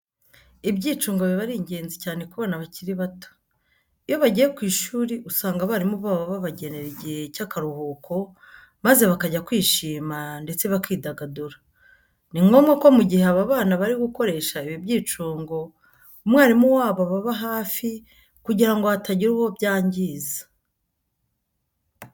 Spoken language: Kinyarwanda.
Ibyicungo biba ari ingenzi cyane ku bana bakiri bato. Iyo bagiye ku ishuri usanga abarimu babo babagenera igihe cy'akaruhuko maze bakajya kwishima ndetse bakidagadura. Ni ngombwa ko mu gihe aba bana bari gukoresha ibi byicungo umwarimu wabo ababa hafi kugira ngo hatagira uwo byangiza.